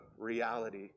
reality